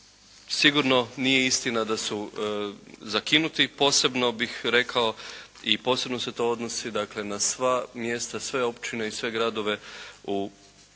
sigurno nije istina da su zakinuti, posebno bih rekao i posebno se to odnosi dakle na sva mjesta, sve općine i sve gradove u području